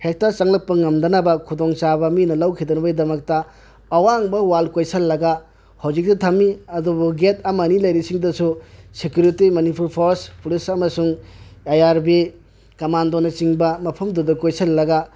ꯍꯦꯛꯇ ꯆꯪꯂꯛꯄ ꯉꯝꯗꯅꯕ ꯈꯨꯗꯣꯡ ꯆꯥꯕ ꯃꯤꯅ ꯂꯧꯈꯤꯗꯅꯕꯗꯝꯛꯇ ꯑꯋꯥꯡꯕ ꯋꯥꯜ ꯀꯣꯏꯁꯤꯜꯂꯒ ꯍꯧꯖꯤꯛꯁꯨ ꯊꯝꯃꯤ ꯑꯗꯨꯕꯨ ꯒꯦꯠ ꯑꯃ ꯑꯅꯤ ꯂꯩꯔꯤꯁꯤꯡꯗꯁꯨ ꯁꯤꯀꯤꯎꯔꯤꯇꯤ ꯃꯅꯤꯄꯨꯔ ꯐꯣꯔꯁ ꯄꯨꯂꯤꯁ ꯑꯃꯁꯨꯡ ꯑꯥꯏ ꯑꯥꯔ ꯕꯤ ꯀꯃꯥꯟꯗꯣꯅ ꯆꯤꯡꯕ ꯃꯐꯝꯗꯨꯗ ꯀꯣꯏꯁꯤꯜꯂꯒ